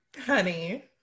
honey